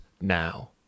now